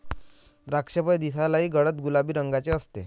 द्राक्षफळ दिसायलाही गडद गुलाबी रंगाचे असते